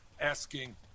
asking